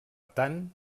tant